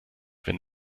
wenn